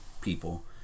people